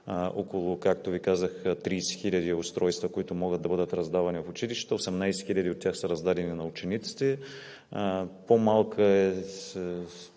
около, както Ви казах, 30 хиляди устройства, които могат да бъдат раздавани в училищата, 18 хиляди от тях са раздадени на учениците. По-малка е